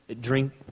drink